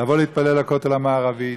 לבוא להתפלל בכותל המערבי,